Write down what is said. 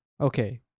Okay